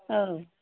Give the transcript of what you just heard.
औ